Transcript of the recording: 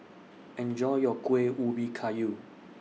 Enjoy your Kuih Ubi Kayu